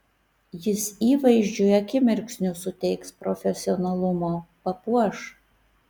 jis įvaizdžiui akimirksniu suteiks profesionalumo papuoš